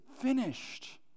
finished